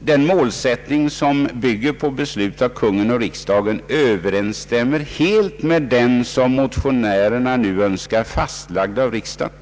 den målsättning som bygger på beslut av Kungl. Maj:t och riksdagen helt överensstämmer med den som motionärerna nu Önskar fastlagd av riksdagen.